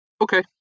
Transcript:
okay